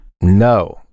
No